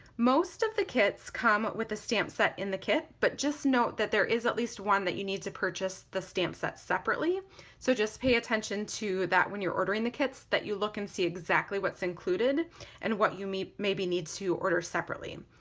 most of the kits come with a stamp set in the kit but just note that there is at least one that you need to purchase the stamp set separately so just pay attention to that when you're ordering the kits that you look and see exactly what's included and what you maybe need to order separately.